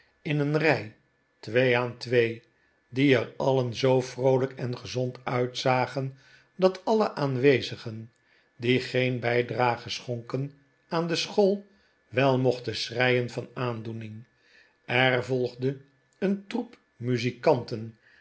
in een rij twee aan twee die er alien zoo vroolijk en gezond uitzagen dat alle aanwezigen die geen bij drage schonken aan de school wel mochten schreien van aandoening er volgde een troep muzikanten